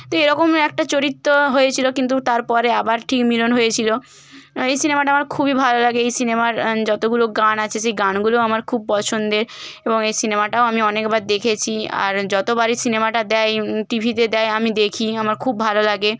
তো এরকম একটা চরিত্র হয়েছিলো কিন্তু তারপরে আবার ঠিক মিলন হয়েছিলো এই সিনেমাটা আমার খুবই ভালো লাগে এই সিনেমার যতগুলো গান আছে সেই গানগুলোও আমার খুব পছন্দের এবং এই সিনেমাটাও আমি অনেকবার দেখেছি আর যতবারই সিনেমাটা দেয় টিভিতে দেয় আমি দেখি আমার খুব ভালো লাগে